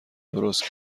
درست